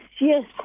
yes